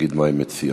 ותגיד מה היא מציעה.